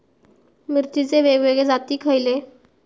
मिरचीचे वेगवेगळे जाती खयले?